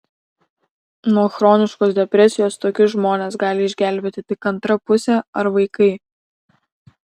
nuo chroniškos depresijos tokius žmones gali išgelbėti tik antra pusė ar vaikai